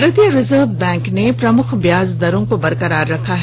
भारतीय reserve bank ने प्रमुख ब्याज दरों को बरकरार रखा है